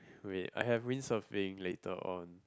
wait I have win surfing later on